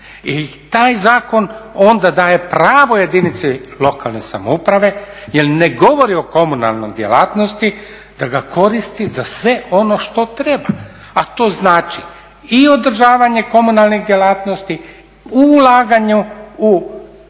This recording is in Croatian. i taj zakon onda daje pravo jedinici lokalne samouprave jer ne govori o komunalnoj djelatnosti da ga koristi za sve ono što treba, a to znači i održavanje komunalnih djelatnosti u ulaganju, u